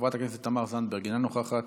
חברת הכנסת יוליה מלינובסקי, אינה נוכחת,